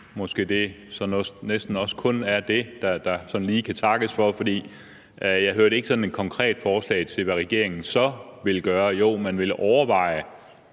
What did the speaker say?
måske, at det næsten også kun er det, der lige kan takkes for, for jeg hørte ikke sådan et konkret forslag til, hvad regeringen så vil gøre. Jo, man vil overveje